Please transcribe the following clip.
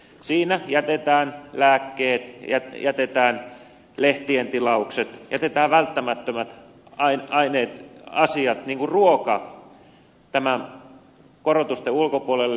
siinä jätetään lääkkeet jätetään lehtien tilaukset jätetään välttämättömät asiat niin kuin ruoka korotusten ulkopuolelle